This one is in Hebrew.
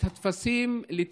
חברת הכנסת קרן ברק, איננה.